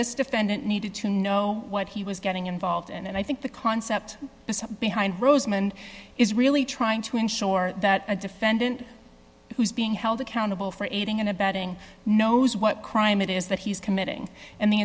this defendant needed to know what he was getting involved in and i think the concept behind rosemond is really trying to ensure that a defendant who's being held accountable for aiding and abetting knows what crime it is that he's committing and the